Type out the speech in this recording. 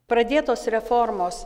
pradėtos reformos